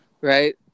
Right